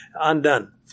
undone